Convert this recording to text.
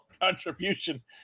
contribution